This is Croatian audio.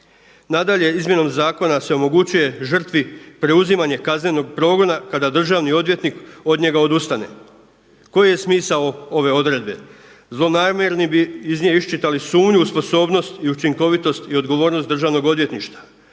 Nadalje izmjenom zakona se omogućuje žrtvi preuzimanje kaznenog progona kada državni odvjetnik od njega odustane. Koji je smisao ove odredbe? Zlonamjerni bi iz nje iščitali sumnju u sposobnost i učinkovitost i odgovornost Državnog odvjetništva.